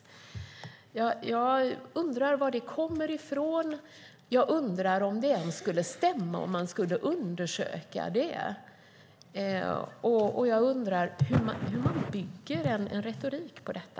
Jag undrar var det kommer ifrån, och jag undrar om det ens skulle stämma om man undersökte det. Jag undrar också hur man bygger en retorik på detta.